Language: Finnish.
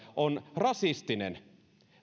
on rasistinen